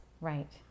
right